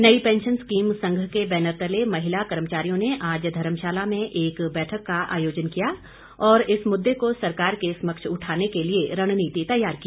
नई pension scheme संघ के बैनर तले महिला कर्मचारियों ने आज धर्मशाला में एक बैठक का आयोजन किया और इस मुद्दे को सरकार के समक्ष उठाने के लिए रणनीति तैयार की